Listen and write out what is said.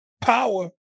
power